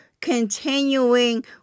continuing